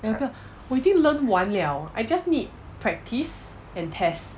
!aiya! 不要我已经 learn 完 liao I just need practice and test